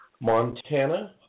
Montana